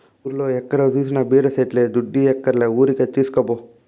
ఊర్లో ఏడ జూసినా బీర సెట్లే దుడ్డియ్యక్కర్లే ఊరికే తీస్కపో